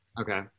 Okay